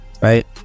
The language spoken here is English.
Right